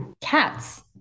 cats